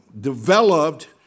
developed